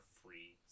free